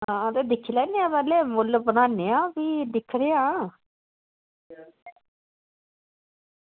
हां ते दिक्खी लैन्ने आं पैह्लें मुल्ल बनाने आं फ्ही दिक्खने आं